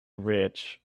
rich